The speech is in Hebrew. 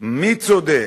מי צודק,